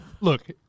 Look